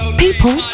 people